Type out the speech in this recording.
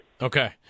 Okay